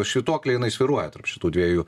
švytuoklė jinai svyruoja tarp šitų dviejų